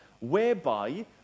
whereby